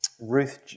Ruth